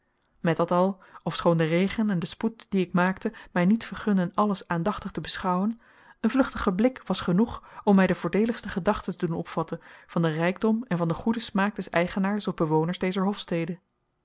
met dat al ofschoon de regen en de spoed dien ik maakte mij niet vergunden alles aandachtig te beschouwen een vluchtige blik was genoeg om mij de voordeeligste gedachte te doen opvatten van den rijkdom en van den goeden smaak des eigenaars of bewoners dezer hofstede